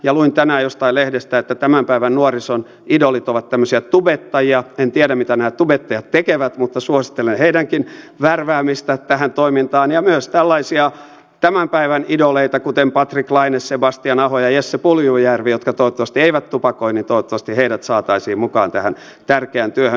luin tänään jostain lehdestä että tämän päivän nuorison idolit ovat tämmöisiä tubettajia en tiedä mitä nämä tubettajat tekevät mutta suosittelen heidänkin värväämistään tähän toimintaan ja toivottavasti myös tällaisia tämän päivän idoleita kuten patrik laine sebastian aho ja jesse puljujärvi jotka toivottavasti eivät tupakoi saataisiin mukaan tähän tärkeään työhön